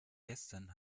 gestern